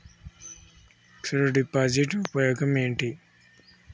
Fix డ్ deposit ఉపయోగం ఏంటి?